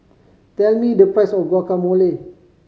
tell me the price of Guacamole